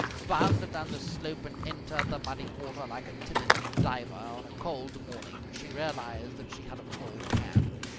bounded down the slope and entered the muddy water like a timid diver on a cold morning she realized that she had a full hand.